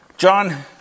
John